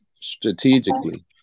strategically